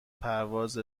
پرواز